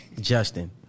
Justin